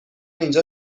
اینجا